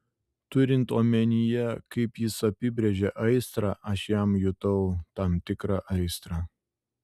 turint omenyje kaip jis apibrėžia aistrą aš jam jutau tam tikrą aistrą